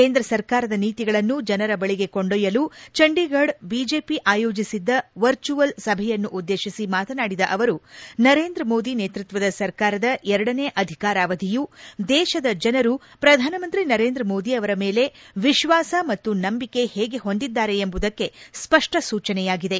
ಕೇಂದ್ರ ಸರ್ಕಾರದ ನೀತಿಗಳನ್ನು ಜನರ ಬಳಿಗೆ ಕೊಂಡೊಯ್ಯಲು ಚಂಡೀಗಢ ಬಿಜೆಪಿ ಆಯೋಜಿಸಿದ್ದ ವರ್ಚ್ಯುಯಲ್ ಸಭೆಯನ್ನುದ್ದೇಶಿಸಿ ಮಾತನಾಡಿದ ಅವರು ನರೇಂದ್ರಮೋದಿ ನೇತೃತ್ವದ ಸರ್ಕಾರದ ಎರಡನೇ ಅಧಿಕಾರಾವಧಿಯು ದೇಶದ ಜನರು ಪ್ರಧಾನಮಂತ್ರಿ ನರೇಂದ್ರಮೋದಿ ಅವರ ಮೇಲೆ ವಿಶ್ವಾಸ ಮತ್ತು ನಂಬಿಕೆ ಹೇಗೆ ಹೊಂದಿದ್ದಾರೆ ಎಂಬುದಕ್ಕೆ ಸ್ಪಷ್ಟ ಸೂಚನೆಯಾಗಿದೆ